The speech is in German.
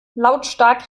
lautstark